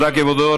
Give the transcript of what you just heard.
תודה, כבודו.